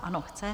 Ano, chce.